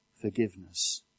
forgiveness